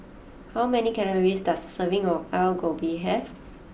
how many calories does a serving of Alu Gobi have